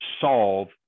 solve